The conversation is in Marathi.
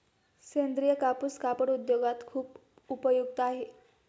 सेंद्रीय कापूस कापड उद्योगात खूप उपयुक्त आहे